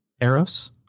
Eros